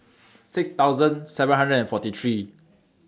six thousand seven hundred and forty three